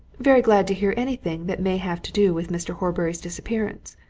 very glad to hear anything that may have to do with mr. horbury's disappearance.